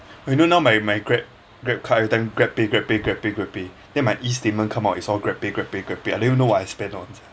you know now my my grab grab car every time grabpay grabpay grabpay grabpay then my e-statement come out it's all grabpay grabpay grabpay I don't even know what I spend on